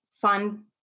fun